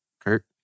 Kurt